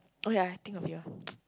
okay ah think of you ah